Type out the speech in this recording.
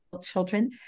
children